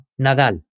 Nadal